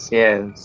yes